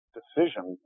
decision